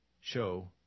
show